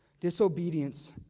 Disobedience